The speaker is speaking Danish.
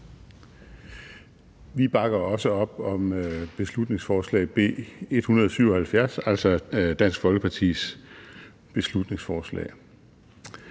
Vi bakker også op om beslutningsforslag B 177, altså Dansk Folkepartis beslutningsforslag.